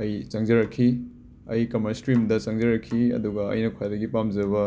ꯑꯩ ꯆꯪꯖꯔꯛꯈꯤ ꯑꯩ ꯀꯃꯔꯁ ꯁ꯭ꯇ꯭ꯔꯤꯝꯗ ꯆꯪꯖꯔꯛꯈꯤ ꯑꯗꯨꯒ ꯑꯩ ꯑꯩꯅ ꯈ꯭ꯋꯥꯏꯗꯒꯤ ꯄꯥꯝꯖꯕ